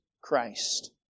Christ